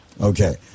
okay